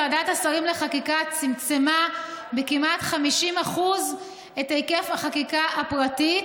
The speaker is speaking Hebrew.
ועדת השרים לחקיקה צמצמה כמעט ב-50% את היקף החקיקה הפרטית